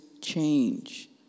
change